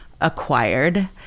acquired